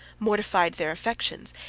mortified their affections,